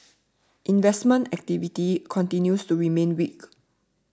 investment activity continues to remain weak